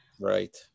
Right